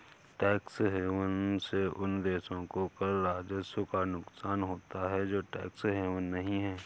tax haven से उन देशों को कर राजस्व का नुकसान होता है जो टैक्स हेवन नहीं हैं